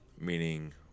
meaning